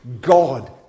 God